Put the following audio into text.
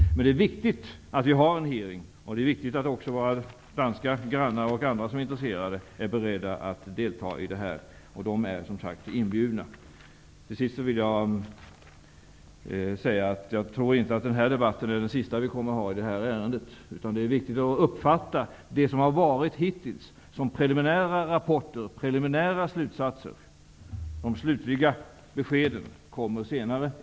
Men det är viktigt att vi har en hearing, och det är viktigt att också våra danska grannar och andra som är intresserade är beredda att delta i den. De är som sagt inbjudna. Jag tror inte denna debatt är den sista vi kommer att ha i detta ärende. Det är viktigt att uppfatta det som varit hittills som preliminära rapporter och slutsatser. De slutliga beskeden kommer senare.